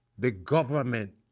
the government